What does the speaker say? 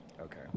Okay